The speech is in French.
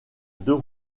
deux